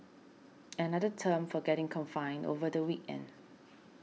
another term for getting confined over the weekend